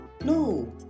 no